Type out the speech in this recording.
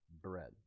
bread